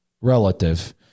relative